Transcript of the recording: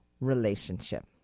relationship